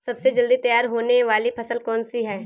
सबसे जल्दी तैयार होने वाली फसल कौन सी है?